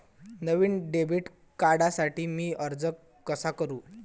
नवीन debit कार्डसाठी मी अर्ज कसा करू?